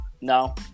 no